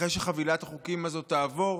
אחרי שחבילת החוקים הזאת תעבור,